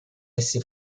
essi